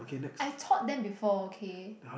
I taught them before okay